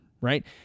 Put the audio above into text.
Right